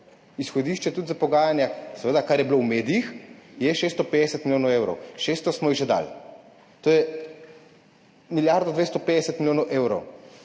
Izhodišče, tudi za pogajanja, seveda, kar je bilo v medijih, je 650 milijonov evrov. 600 smo jih že dali. To je milijardo 250 milijonov evrov.